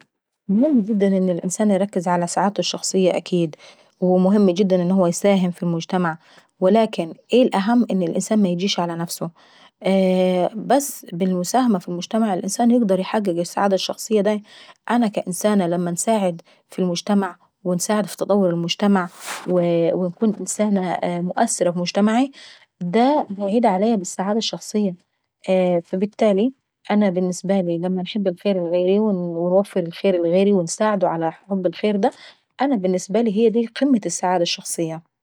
مهم جدا ان الانسان يركز على سعادته الشخصية اكيد. ومهم جدا انه هو يساههم في المجتمع ولكن ايه الأهم ؟ ان الانسان ميجيش على نفسه. ايييه بالمساهمة في المجتمع الانسان يقدر يحقق السعادة الشخصية لنفسه داي، انا كانسانة لما نساعد في المجتمع ونساهم في تطور المجتمع ونكون انسانة مؤثرة في مجتمعي داا هيعيد عليا بالسعادة الشحصية.. فالبتالي انا لما نحب الخير لغيري ونوفر الخير لغيري ونساعده على حب الخير دا انا بالنسبة دي قمة السعادة الشخصية.